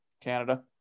Canada